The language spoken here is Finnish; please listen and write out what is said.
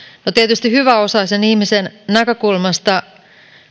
tietysti hyväosaisen ihmisen näkökulmasta